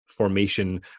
formation